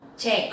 trẻ